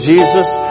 Jesus